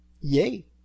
Yay